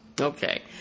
Okay